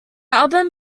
album